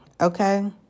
okay